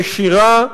ישירה,